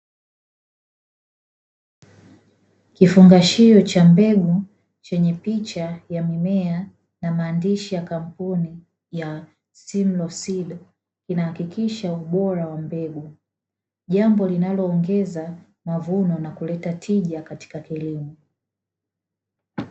Kifungashio cha mbegu chenye picha ya mimea na maandishi ya kampuni ya "Simlaw Seeds" inahakikisha ubora wa mbegu, jambo linaloongeza mavuno na kuleta tija katika kilimo.